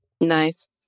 Nice